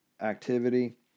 activity